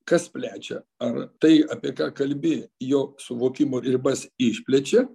kas plečia ar tai apie ką kalbi jo suvokimo ribas išplečia